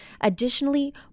Additionally